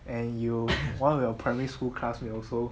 and you one of the primary school classmate also